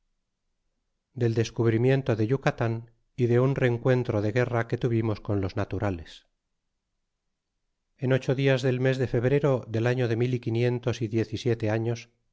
del descubrimiento de yucatan y de un rencuentro de guerra que tuvimos con los naturales en ocho dias del mes de febrero del ario de mil y quinientos y diez y siete arios